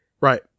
right